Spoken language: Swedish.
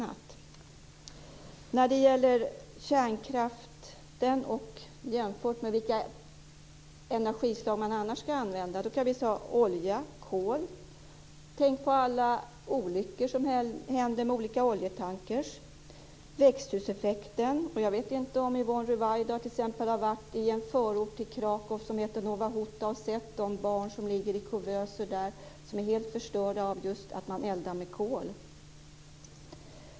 Om man skall jämföra kärnkraften med andra energislag som skall användas kan jag ta exemplen olja och kol. Tänk på alla olyckor som inträffar med olika oljetankar och på växthuseffekten. Jag vet inte om Yvonne Ruwaida t.ex. har varit i en förort till Krakow som heter Nova hout och där sett de barn som ligger i kuvöser och som är helt förstörda av att man just eldar med kol.